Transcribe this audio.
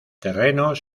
terrenos